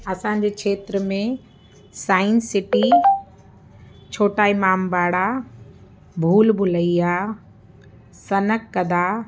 असांजे क्षेत्र में साइंस सिटी छोटा इमामबाड़ा भूल भुलैया सनअतकदा